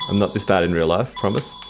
not this bad in real life, promise.